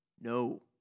no